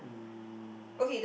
um